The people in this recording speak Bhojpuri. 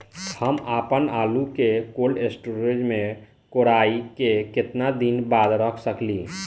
हम आपनआलू के कोल्ड स्टोरेज में कोराई के केतना दिन बाद रख साकिले?